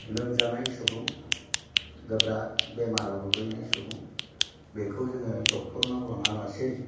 लोमजानाय सुबुं गोब्राब बेमारआव गोग्लैनाय सुबुं बेखौ जोङो डक्टरनाव लाङालासे